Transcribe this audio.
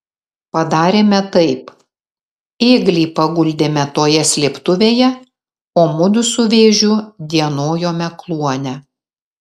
padarėme taip ėglį paguldėme toje slėptuvėje o mudu su vėžiu dienojome kluone